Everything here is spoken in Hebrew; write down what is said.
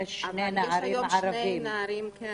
אבל יש היום שני נערים --- יש שני נערים ערבים.